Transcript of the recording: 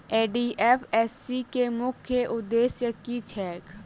NDFSC केँ मुख्य उद्देश्य की छैक?